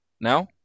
Now